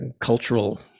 cultural